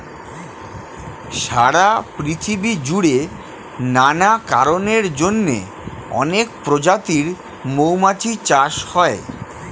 সারা পৃথিবী জুড়ে নানা কারণের জন্যে অনেক প্রজাতির মৌমাছি চাষ হয়